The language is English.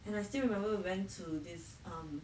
and I still remember we went to this um